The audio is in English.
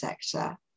sector